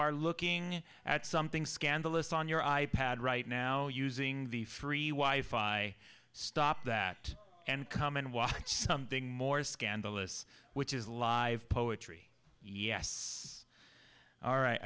are looking at something scandalous on your i pad right now using the free wi fi stop that and come and watch something more scandalous which is live poetry yes all right